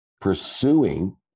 pursuing